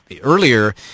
earlier